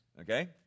okay